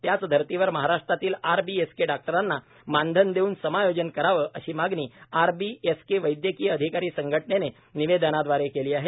त्याच धर्तीवर महाराष्ट्रातील आरबीएसके डॉक्टरांना मानधन देऊन समायोजन करावे अशी मागणी आरबीएसके वैद्यकीय अधिकारी संघटनेने निवेदनाद्वारे केली आहे